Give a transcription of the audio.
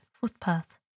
footpath